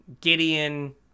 Gideon